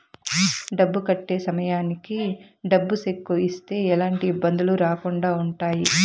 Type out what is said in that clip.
డబ్బు కట్టే సమయానికి డబ్బు సెక్కు ఇస్తే ఎలాంటి ఇబ్బందులు రాకుండా ఉంటాయి